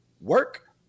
Work